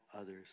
others